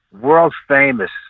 world-famous